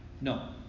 No